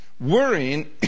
Worrying